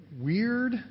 weird